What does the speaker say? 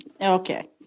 Okay